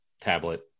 tablet